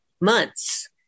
months